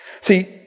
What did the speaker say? See